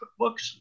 cookbooks